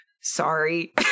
sorry